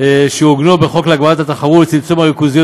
שעוגנו בחוק להגברת התחרות ולצמצום הריכוזיות